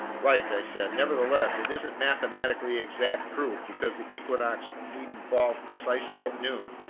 right, i said. nevertheless, it isn't mathematically exact proof, because the equinox needn't fall precisely at noon.